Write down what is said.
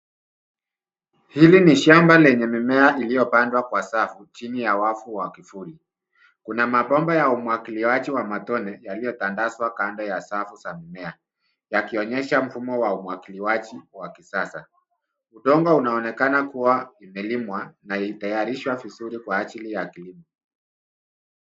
Hili ni shamba lenye mimea iliyopandwa kwa safu chini ya wavu wa kivuli. Kuna mabomba ya umwagiliaji wa matone yaliyotandazwa kando ya safu za mimea yakionyesha mfumo wa umwagiliaji wa kisasa. Udongo unaonekana kuwa imelimwa na ilitayarishwa vizuri kwa ajili ya kilimo.